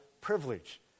privilege